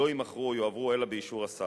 לא יימכרו או יועברו אלא באישור השר.